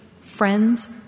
friends